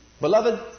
Beloved